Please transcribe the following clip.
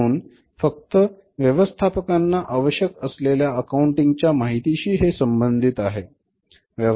म्हणून फक्त व्यवस्थापकांना आवश्यक असलेल्या अकाउंटिंग च्या माहितीशी हे संबंधित आहे